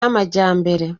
y’amajyambere